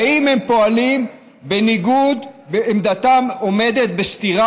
האם הם פועלים בניגוד ועמדתם עומדת בסתירה